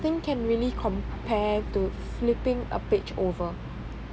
nothing can really compare to flipping a page over